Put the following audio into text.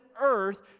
earth